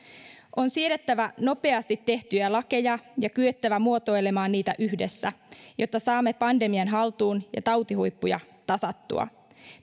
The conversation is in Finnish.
on siedettävä nopeasti tehtyjä lakeja ja kyettävä muotoilemaan niitä yhdessä jotta saamme pandemian haltuun ja tautihuippuja tasattua